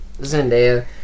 Zendaya